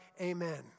Amen